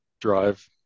drive